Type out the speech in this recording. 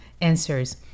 answers